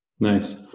Nice